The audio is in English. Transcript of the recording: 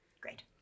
Great